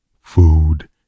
Food